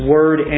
Word